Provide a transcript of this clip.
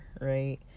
right